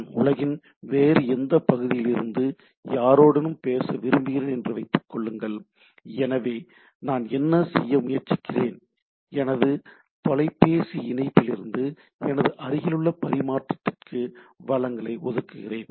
நான் உலகின் வேறு ஒரு பகுதியிலிருந்து யாரோடும் பேச விரும்புகிறேன் என்று வைத்துக் கொள்ளுங்கள் எனவே நான் என்ன செய்ய முயற்சிக்கிறேன் எனது தொலைபேசி இணைப்பிலிருந்து எனது அருகிலுள்ள பரிமாற்றத்திற்கு வளங்களை ஒதுக்குகிறேன்